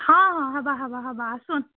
ହଁ ହଁ ହେବା ହେବା ହେବା ଆସୁନ୍